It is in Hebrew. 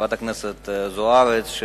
חברת הכנסת זוארץ,